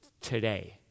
today